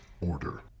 order